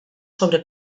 sobre